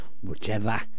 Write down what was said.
whichever